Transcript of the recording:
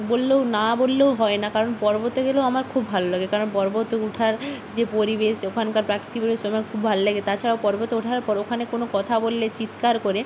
বললেও না বললেও হয় না কারণ পর্বতে গেলেও আমার খুব ভালো লাগে কারণ পর্বতে ওঠার যে পরিবেশ ওখানকার প্রাকৃতিক পরিবেশ খুব ভালো লাগে তাছাড়াও পর্বতে ওঠার পর ওখানে কোনো কথা বললে চিৎকার করে